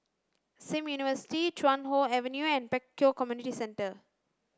Sim University Chuan Hoe Avenue and Pek Kio Community Centre